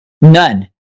none